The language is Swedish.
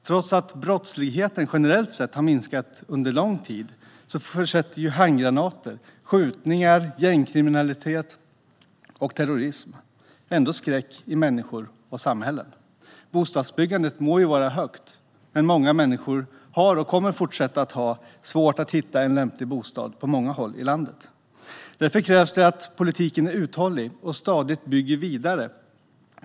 Trots att brottsligheten generellt sett har minskat under lång tid sätter handgranater, skjutningar, gängkriminalitet och terrorism ändå skräck i människor och samhällen. Bostadsbyggandet må vara högt, men många människor har och kommer fortsatt att ha svårt att hitta en lämplig bostad på många håll i landet. Därför krävs det att politiken är uthållig och stadigt bygger vidare.